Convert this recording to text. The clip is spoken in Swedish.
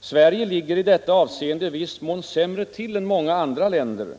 Sverige ligger i detta avseende i viss mån sämre till än många andra länder,